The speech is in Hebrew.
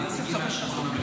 מבחינת הנציגים מהשלטון המקומי.